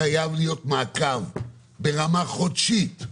חייב להיות מעקב ברמה חודשית,